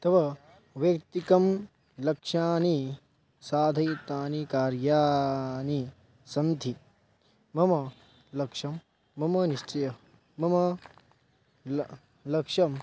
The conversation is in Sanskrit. तव वैयक्तिकं लक्ष्यानि साधयितानि कार्याणि सन्ति मम लक्ष्यं मम निश्चयः मम ल लक्ष्यम्